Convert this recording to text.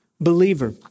Believer